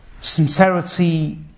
Sincerity